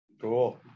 Cool